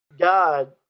God